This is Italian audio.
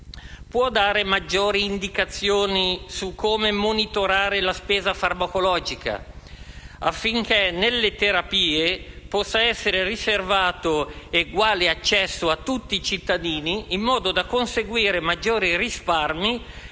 Può dare maggiori indicazioni su come monitorare la spesa farmacologica, affinché nelle terapie possa essere riservato eguale accesso a tutti i cittadini, in modo da conseguire maggiori risparmi